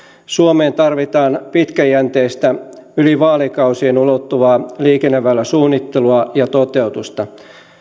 suomeen tarvitaan pitkäjänteistä yli vaalikausien ulottuvaa liikenneväyläsuunnittelua ja toteutusta